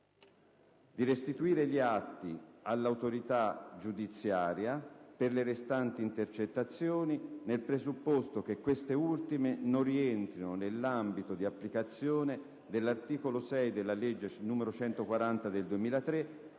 b) restituire gli atti all'autorità giudiziaria per le restanti intercettazioni, nel presupposto che queste ultime non rientrino nell'ambito di applicazione dell'articolo 6 della legge n. 140 del 2003,